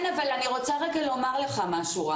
אני רוצה לומר לך משהו.